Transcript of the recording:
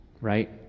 right